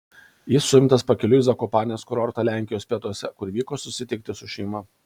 jis suimtas pakeliui į zakopanės kurortą lenkijos pietuose kur vyko susitikti su šeima